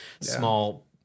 small